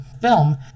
film